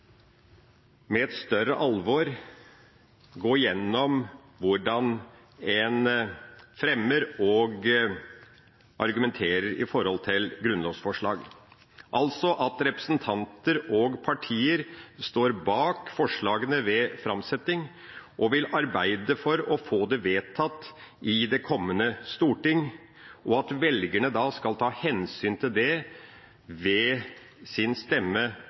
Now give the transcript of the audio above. med et større alvor gå igjennom hvordan en fremmer og argumenterer når det gjelder grunnlovsforslag – altså at representanter og partier står bak forslagene ved framsetting og vil arbeide for å få dem vedtatt i det kommende storting, og at velgerne da skal ta hensyn til det ved sin stemme